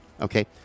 Okay